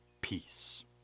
peace